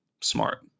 smart